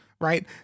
right